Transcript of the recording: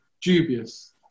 dubious